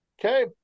Okay